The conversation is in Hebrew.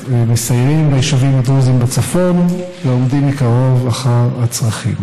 מסיירים ביישובים הדרוזיים בצפון ועומדים מקרוב על הצרכים.